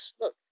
look